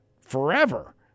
forever